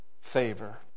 favor